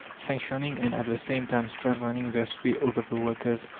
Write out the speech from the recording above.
sanctioning, and, at the same time strengthening, their sway over the workers,